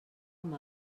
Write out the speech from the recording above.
amb